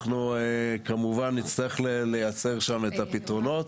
אנחנו כמובן נצטרך לייצר שם את הפתרונות.